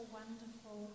wonderful